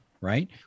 right